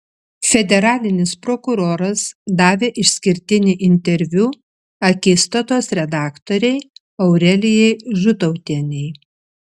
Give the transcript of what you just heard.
federalinis prokuroras davė išskirtinį interviu akistatos redaktorei aurelijai žutautienei